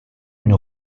une